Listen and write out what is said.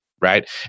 Right